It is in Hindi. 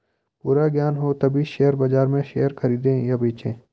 पूरा ज्ञान हो तभी शेयर बाजार में शेयर खरीदे या बेचे